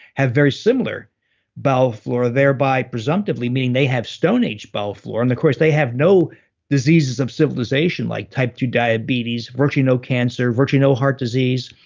have very similar bowel flora thereby presumptively meaning they have stone-age bowel flora, and of course they have no diseases of civilization, like type two diabetes, virtually no cancer, virtually no heart disease,